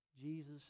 Jesus